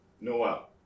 Noel